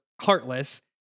heartless